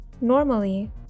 Normally